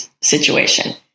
situation